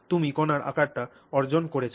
তুমি কণার আকারটি অর্জন করেছ